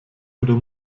oder